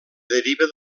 deriva